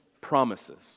promises